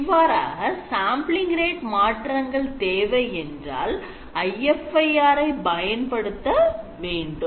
இவ்வாறாக sampling rate மாற்றங்கள் தேவை என்றால் IFIR ஐ பயன்படுத்த வேண்டும்